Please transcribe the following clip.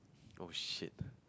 oh shit